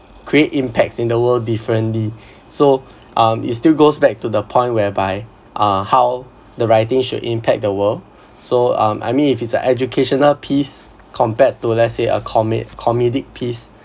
create impacts in the world differently so um it still goes back to the point whereby uh how the writing should impact the world so um I mean if it's a educational piece compared to let's say a come~ comedic piece